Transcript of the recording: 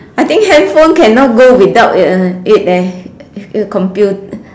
I think handphone cannot go without uh it eh